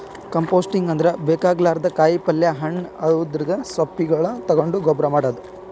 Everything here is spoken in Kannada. ಕಂಪೋಸ್ಟಿಂಗ್ ಅಂದ್ರ ಬೇಕಾಗಲಾರ್ದ್ ಕಾಯಿಪಲ್ಯ ಹಣ್ಣ್ ಅವದ್ರ್ ಸಿಪ್ಪಿಗೊಳ್ ತಗೊಂಡ್ ಗೊಬ್ಬರ್ ಮಾಡದ್